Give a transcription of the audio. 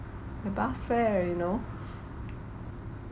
the bus fare you know